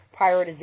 prioritization